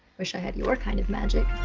wish i had your kind of magic.